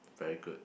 very good